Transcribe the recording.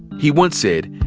he once said,